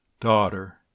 Daughter